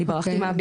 אני ברחתי מהבית.